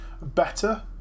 better